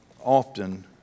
often